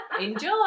enjoy